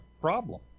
problem